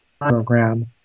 program